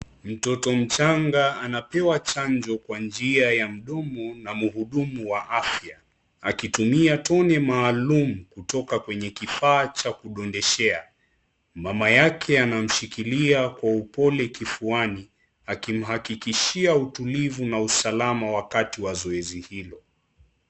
Mtoto mchanga, anapewa chanjo kwa njia ya mdomo na mhudumu wa afya. Akitumia tone maalum kutoka kwenye kifaa kurundishia. Mama yake anamshikilia kwa upole kifuani, akimwakikishia utulivu na usalama wakati wa zoezi hili.